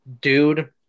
dude